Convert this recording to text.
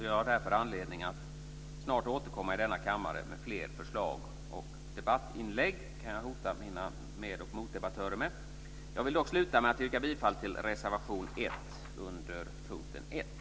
Jag har därför anledning att snart återkomma i denna kammare med fler förslag och debattinlägg. Det kan jag hota mina med och motdebattörer med. Jag vill sluta med att yrka bifall till reservation 1 under punkt 1.